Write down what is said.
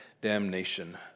damnation